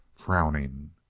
frowning.